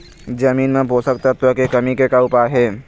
जमीन म पोषकतत्व के कमी का उपाय हे?